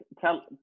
tell